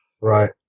Right